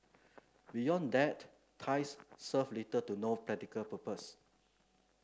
beyond that ties serve little to no practical purpose